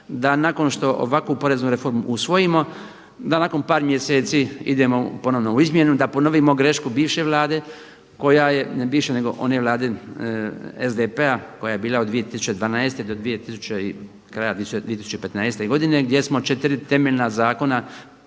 da nakon što ovakvu poreznu reformu usvojimo, da nakon par mjeseci idemo ponovno u izmjenu, da ponovimo grešku bivše Vlade koja je, ne bivše nego one Vlade SDP-a koja je bila od 2012. do kraja 2015. godine gdje smo četiri temeljna zakona,